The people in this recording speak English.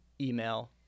email